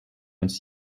its